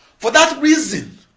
for that reason,